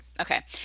Okay